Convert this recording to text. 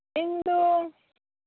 ᱤᱧ ᱫᱚ